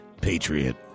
Patriot